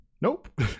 nope